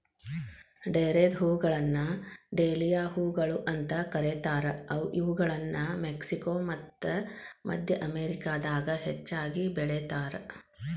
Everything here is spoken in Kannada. ಡೇರೆದ್ಹೂಗಳನ್ನ ಡೇಲಿಯಾ ಹೂಗಳು ಅಂತ ಕರೇತಾರ, ಇವುಗಳನ್ನ ಮೆಕ್ಸಿಕೋ ಮತ್ತ ಮದ್ಯ ಅಮೇರಿಕಾದಾಗ ಹೆಚ್ಚಾಗಿ ಬೆಳೇತಾರ